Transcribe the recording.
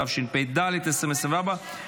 התשפ"ד 2024,